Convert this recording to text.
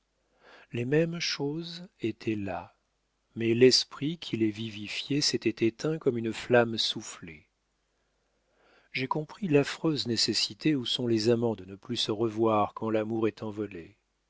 les mêmes choses étaient là mais l'esprit qui les vivifiait s'était éteint comme une flamme soufflée j'ai compris l'affreuse nécessité où sont les amants de ne plus se revoir quand l'amour est envolé